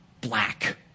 black